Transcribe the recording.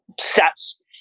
sets